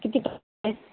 किती